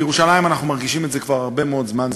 בירושלים אנחנו מרגישים את זה כבר הרבה מאוד זמן,